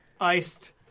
iced